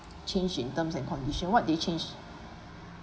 change in terms and condition what they change